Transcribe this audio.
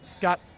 got